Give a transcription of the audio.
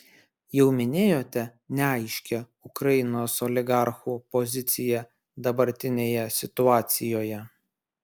jau minėjote neaiškią ukrainos oligarchų poziciją dabartinėje situacijoje